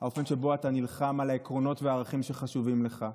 האופן שבו אתה נלחם על העקרונות ועל הערכים שחשובים לך.